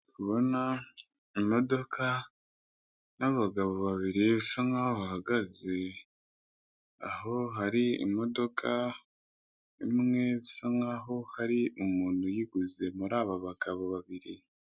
Ndi kubona imodoka n'abagabo babiri basa nkaho bahagaze, aho hari imodoka imwe bisa nkaho hari umuntu uyiguze muri aba bagabo babiri.